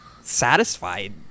satisfied